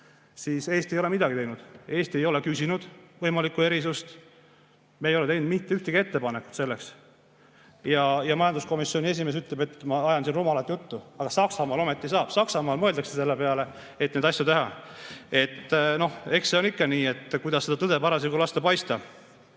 et Eesti ei ole midagi teinud. Eesti ei ole küsinud võimalikku erisust. Me ei ole teinud selleks mitte ühtegi ettepanekut. Ja majanduskomisjoni esimees ütleb, et ma ajan siin rumalat juttu. Aga Saksamaal ometi saab, seal mõeldakse selle peale, kuidas neid asju teha. Eks see on ikka nii, kuidas seda tõde parasjagu lastakse paista.